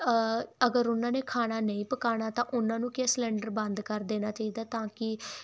ਅਗਰ ਉਹਨਾਂ ਨੇ ਖਾਣਾ ਨਹੀਂ ਪਕਾਉਣਾ ਤਾਂ ਉਹਨਾਂ ਨੂੰ ਕੀ ਆ ਸਿਲਿੰਡਰ ਬੰਦ ਕਰ ਦੇਣਾ ਚਾਹੀਦਾ ਤਾਂ ਕਿ